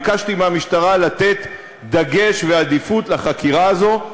ביקשתי מהמשטרה לתת דגש ועדיפות לחקירה הזאת.